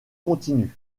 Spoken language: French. continus